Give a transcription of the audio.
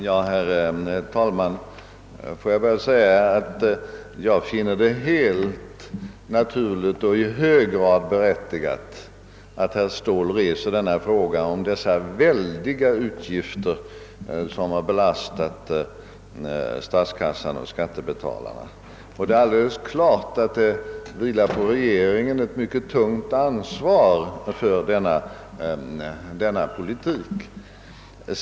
:Herr talman! Låt mig bara säga att jag finner det helt naturligt och i hög grad berättigat att herr Ståhl ställer en fråga beträffande de väldiga utgifter som i detta sammanhang har belastat statskassan och skattebetalarna. Det är alldeles klart att ett mycket tungt ansvar vilar på regeringen för denna politik.